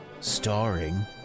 Starring